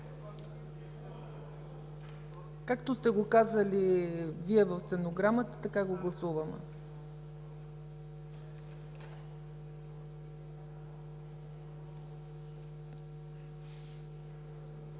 Както сте го казали в стенограмата, така го гласуваме.